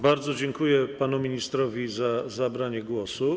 Bardzo dziękuję panu ministrowi za zabranie głosu.